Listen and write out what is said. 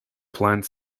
planned